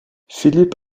philipp